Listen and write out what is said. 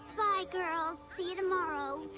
hi girls. see you tomorrow